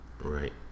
right